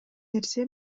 нерсе